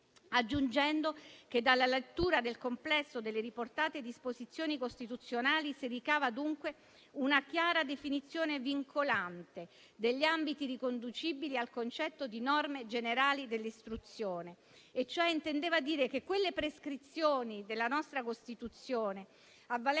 aggiunto che, dalla lettura del complesso delle riportate disposizioni costituzionali, si ricava dunque una chiara definizione vincolante degli ambiti riconducibili al concetto di norme generali dell'istruzione. Intendeva cioè dire che quelle prescrizioni della nostra Costituzione a valenza